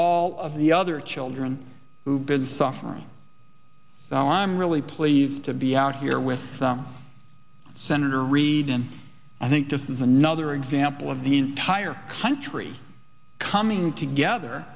all of the other children who've been suffering now i'm really pleased to be out here with senator reid and i think this is another example of the entire country coming together